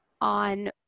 on